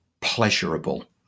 pleasurable